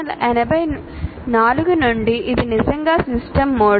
1984 నుండి ఇది నిజంగా సిస్టమ్ మోడల్